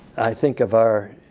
i think of our